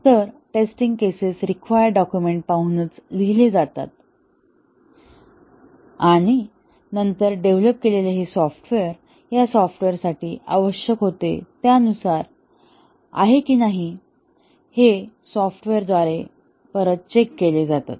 तर testing cases required document पाहूनच लिहिले जातात आणि नंतर डेव्हलप केलेले हे सॉफ्टवेअर या सॉफ्टवेअरसाठी आवश्यक होते त्यानुसार आहे की नाही हे सॉफ्टवेअरवर चेक केले जातात